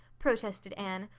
protested anne.